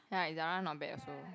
ya Zara not bad also